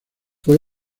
fue